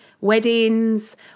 weddings